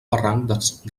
barranc